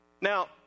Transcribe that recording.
Now